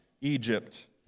Egypt